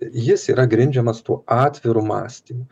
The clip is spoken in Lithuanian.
jis yra grindžiamas tuo atviru mąstymu